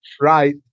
Right